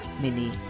Mini